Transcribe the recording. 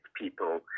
people